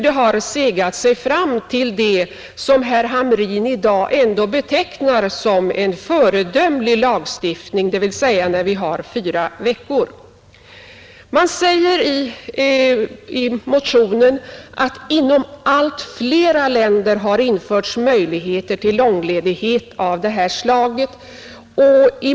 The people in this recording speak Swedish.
Det har segat sig fram till det som vi har i dag — fyra veckors semester — och som herr Hamrin ändå betecknar som en föredömlig lagstiftning. I motionen sägs att det i allt fler länder har införts möjlighet till långledighet av detta slag.